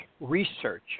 research